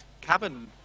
cabin